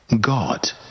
God